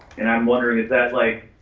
and i'm wondering, if that like,